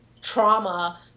trauma